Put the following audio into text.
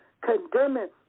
condemning